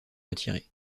retirée